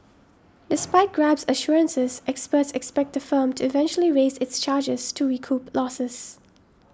despite Grab's assurances experts expect the firm to eventually raise its charges to recoup losses